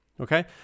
Okay